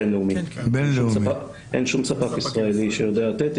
בין לאומי, אין שום ספק ישראלי שיודע לתת.